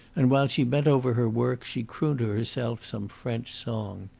and while she bent over her work she crooned to herself some french song.